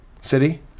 city